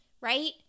right